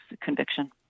conviction